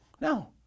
no